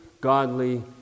godly